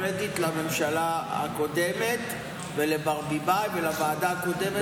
קרדיט לממשלה הקודמת ולברביבאי ולוועדה הקודמת,